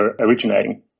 originating